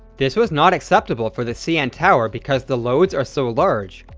this was not acceptable for the cn tower because the loads are so large,